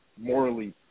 morally